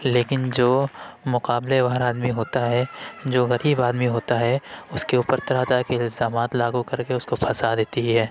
لیکن جو مقابلہ وار آدمی ہوتا ہے جو غریب آدمی ہوتا ہے اس کے اوپر طرح طرح کے الزامات لاگو کر کے اس کو پھنسا دیتی ہے